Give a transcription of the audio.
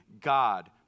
God